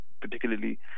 particularly